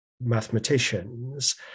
mathematicians